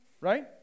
Right